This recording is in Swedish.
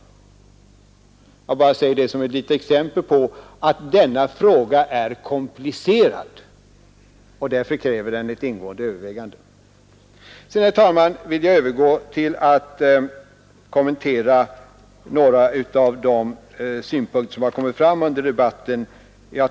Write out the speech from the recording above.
Jag bara säger detta som ett litet exempel för att visa att denna fråga är komplicerad och därför kräver ingående överväganden. Sedan, herr talman, vill jag övergå till att kommentera några av de synpunkter som kommit fram under debatten.